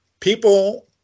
People